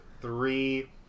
three